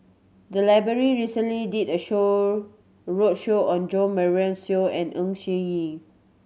the library recently did a show roadshow on Jo Marion Seow and Ng Yi Sheng